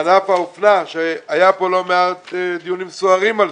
בענף האופנה שהיו כאן לא מעט דיונים סוערים עליו,